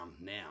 now